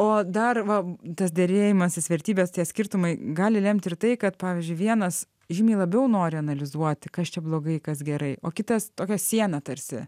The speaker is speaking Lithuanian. o dar va tas derėjimasis vertybės tie skirtumai gali lemti ir tai kad pavyzdžiui vienas žymiai labiau nori analizuoti kas čia blogai kas gerai o kitas tokia siena tarsi